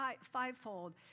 fivefold